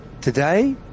Today